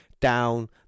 down